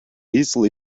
easily